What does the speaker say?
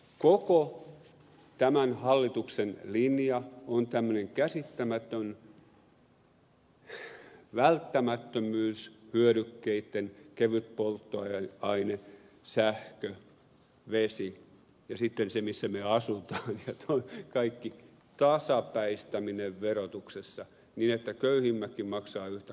koko tämän hallituksen linja on tämmöinen käsittämätön välttämättömyyshyödykkeitten kevytpolttoaine sähkö vesi ja sitten se missä me asumme ja kaikki tasapäistäminen verotuksessa niin että köyhimmätkin maksavat yhtä kovasti